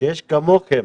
שיש כמוכם